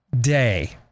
day